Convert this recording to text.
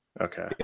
Okay